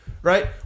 Right